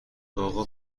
آقا